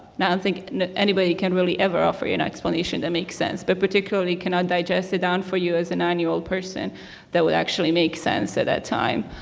yeah don't think anybody can really ever offer you an explanation that makes sense. but particularly cannot digest it down for you as an annual person that would actually make sense at that time.